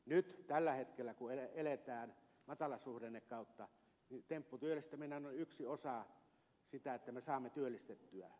nyt tällä hetkellä kun eletään matalasuhdannekautta tempputyöllistäminen on yksi osa sitä että me saamme työllistettyä